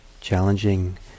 challenging